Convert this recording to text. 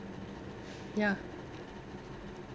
ya